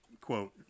quote